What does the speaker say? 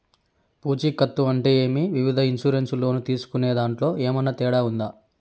పూచికత్తు అంటే ఏమి? వివిధ ఇన్సూరెన్సు లోను తీసుకునేదాంట్లో ఏమన్నా తేడా ఉందా?